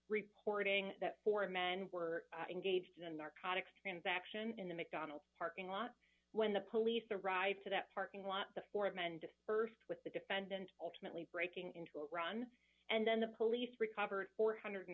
reporting that four men were engaged in a narcotics transaction in the mcdonald's parking lot when the police arrive to that parking lot the ford men dispersed with the defendant ultimately breaking into a run and then the police recovered four hundred and